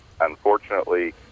unfortunately